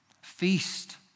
feast